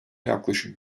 yaklaşık